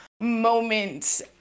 moments